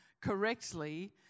correctly